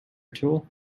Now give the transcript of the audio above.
tool